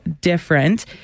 different